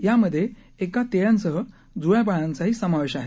यामध्ये एका तिळ्यांसह जुळ्या बाळांचाही समावेश आहे